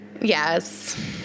Yes